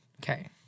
Okay